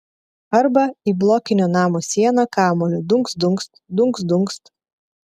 arba į blokinio namo sieną kamuoliu dunkst dunkst dunkst dunkst